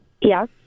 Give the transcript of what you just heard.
Yes